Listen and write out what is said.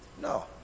No